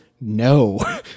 no